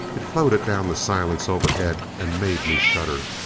it floated down the silence overhead and made me shudder.